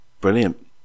brilliant